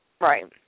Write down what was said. Right